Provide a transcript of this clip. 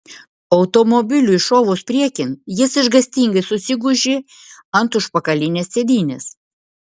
automobiliui šovus priekin jis išgąstingai susigūžė ant užpakalinės sėdynės